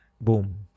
boom